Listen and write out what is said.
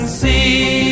see